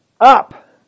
up